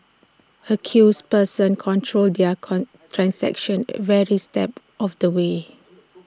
accused persons controlled there con transactions very step of the way